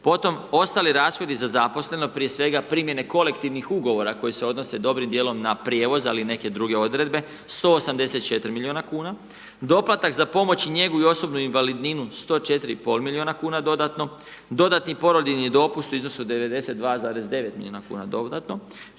potom ostali rashodi za zaposlene, prije svega primjena kolektivnog ugovora, koji se odnose dobrim dijelom na prijevoz, ali i neke druge odredbe 184 milijuna kn. Doplatak za pomoć i njegu i osobnu invalidninu 104,5 milijuna kn, dodatno, dodatni porodiljini dopust u iznosu od 92,9 milijuna kn dodatno.